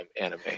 anime